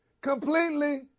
completely